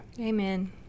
Amen